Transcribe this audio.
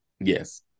Yes